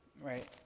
Right